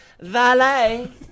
Valet